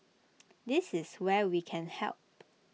this is where we can help